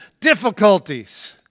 difficulties